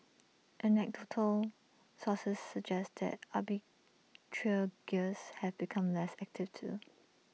anecdotal sources suggest that arbitrageurs have become less active too